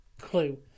clue